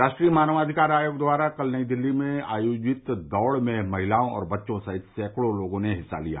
राष्ट्रीय मानवाधिकार आयोग द्वारा कल नई दिल्ली में आयोजित दौड़ में महिलाओं और बच्चों सहित सैंकड़ों लोगों ने हिस्सा लिया